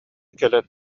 кэлэн